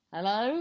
Hello